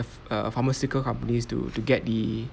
a pharmaceutical companies to to get the